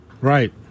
Right